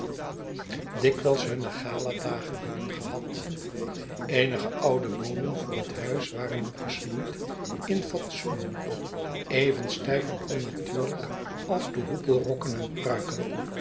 dikwijls hunne gala dagen hadden gehad eenige oude boomen voor het huis waren nog gesnoeid in fatsoenen even stijf en onnatuurlijk als de hoepelrokken en pruiken